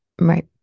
Right